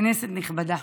כנסת נכבדה,